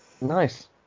Nice